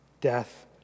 death